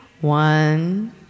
one